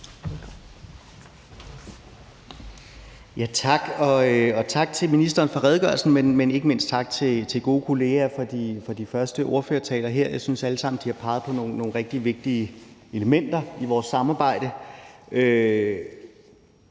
tak til ministeren for redegørelsen, men ikke mindst tak til gode kolleger for de første ordførertaler her. Jeg synes, de alle sammen har peget på nogle rigtig vigtige elementer i vores samarbejde.